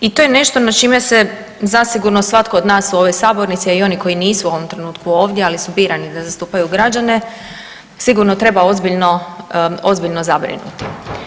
I to je nešto nad čime se zasigurno svatko od nas u ovoj sabornici, a i oni koji nisu u ovom trenutku ovdje ali su birani da zastupaju građane sigurno treba ozbiljno, ozbiljno zabrinuti.